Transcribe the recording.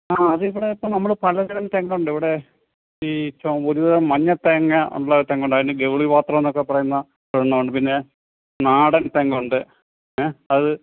ആ അത് ഇവിടെ ഇപ്പമ നമ്മൾ പലതരം തെങ്ങുണ്ട് ഇവിടെ ഈ ചോ ഒരുതരം മഞ്ഞ തേങ്ങ ഉള്ള തെങ്ങുണ്ട് അതിന് ഗൗളിപാത്രം എന്നൊക്കെ പറയുന്ന ഒരെണ്ണമുണ്ട് പിന്നെ നാടൻ തെങ്ങുണ്ട് ഏ അത്